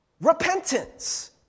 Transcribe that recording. repentance